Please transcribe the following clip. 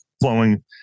flowing